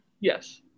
yes